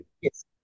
Yes